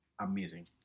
amazing